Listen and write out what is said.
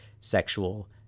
sexual